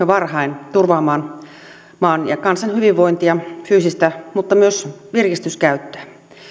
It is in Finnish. varhain turvaamaan maan ja kansan hyvinvointia fyysistä mutta myös virkistyskäyttöä